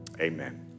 Amen